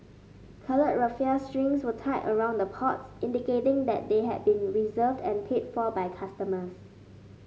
coloured raffia strings were tied around the pots indicating they had been reserved and paid for by customers